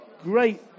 great